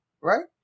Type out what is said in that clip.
right